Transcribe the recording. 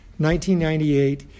1998